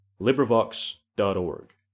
LibriVox.org